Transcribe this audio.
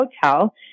Hotel